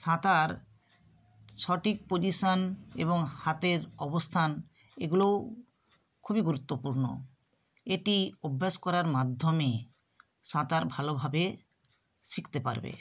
সাঁতার সঠিক পজিশন এবং হাতের অবস্থান এগুলোও খুবই গুরুত্বপূর্ণ এটি অভ্যাস করার মাধ্যমে সাঁতার ভালোভাবে শিখতে পারবে